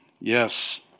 Yes